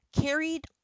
carried